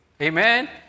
amen